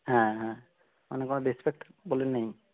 হ্যাঁ হ্যাঁ মানে কোনো রেসপেক্ট বলে নেই